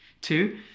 Two